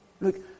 Look